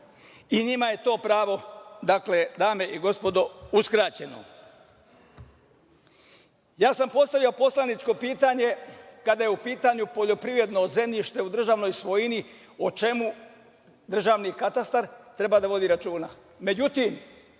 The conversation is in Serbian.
i njima je to pravo, dame i gospodo, uskraćeno. Postavio sam poslaničko pitanje kada je u pitanju poljoprivredno zemljište u državnoj svojini o čemu državni katastar treba da vodi računa.